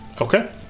Okay